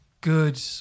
good